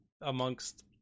amongst